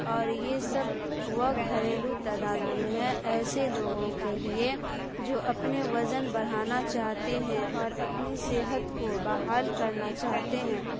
اور یہ سب وہ گھریلو تدابیر ہیں ایسے لوگوں کے لیے جو اپنے وزن بڑھانا چاہتے ہیں اور اپنی صحت کو بحال کرنا چاہتے ہیں